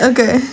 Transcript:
Okay